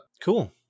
Cool